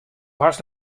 hast